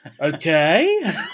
Okay